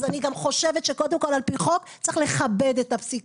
אז אני גם חושבת שקודם כל על פי חוק צריך לכבד את הפסיקה.